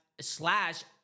slash